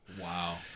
Wow